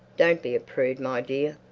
don't be a prude, my dear.